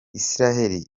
isiraheli